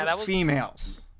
females